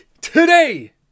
today